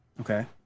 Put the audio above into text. Okay